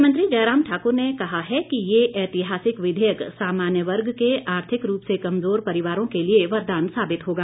मुख्यमंत्री जयराम ठाक्र ने कहा है कि ये ऐतिहासिक विधेयक सामान्य वर्ग के आर्थिक रूप से कमजोर परिवारों के लिए वरदान साबित होगा